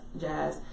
jazz